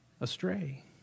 astray